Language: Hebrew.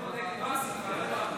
תודה לחבר הכנסת רוטמן.